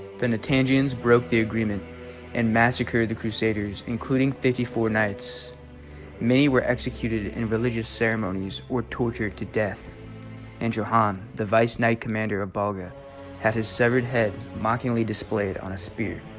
the not anji ins broke the agreement and massacred the crusaders including fifty four knights many were executed in religious ceremonies were tortured to death and johan the vice knight commander iboga had his severed head mockingly displayed on a spear